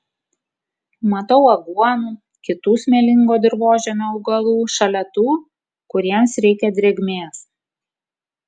matau aguonų kitų smėlingo dirvožemio augalų šalia tų kuriems reikia drėgmės